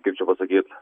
kaip čia pasakyt